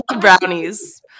brownies